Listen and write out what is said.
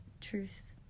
truth